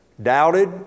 Doubted